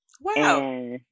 Wow